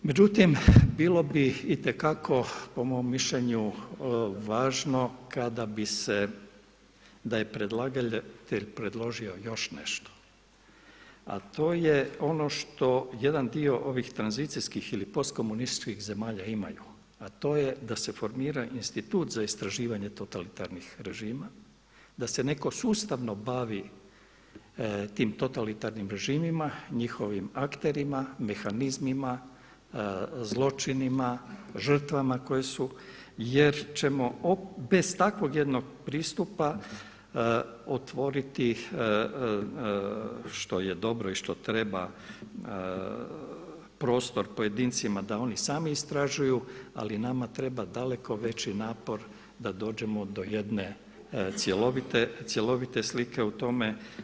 Međutim, bilo bi itekako po mom mišljenju važno kada bi se, da je predlagatelj predložio još nešto, a to je ono što, jedan dio ovih tranzicijskih ili postkomunističkih zemalja imaju a to je da se formira institut za istraživanje totalitarnih režima, da se netko sustavno bavi tim totalitarnim režimima, njihovim akterima, mehanizmima, zločinima, žrtvama koje su jer ćemo bez takvog jednog pristupa otvoriti što je dobro i što treba prostor pojedincima da oni sami istražuju ali nama treba daleko veći napor da dođemo do jedne cjelovite slike u tome.